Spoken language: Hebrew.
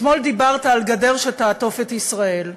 אתמול דיברת על גדר שתעטוף את ישראל.